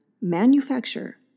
manufacture